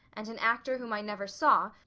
and an actor whom i never saw,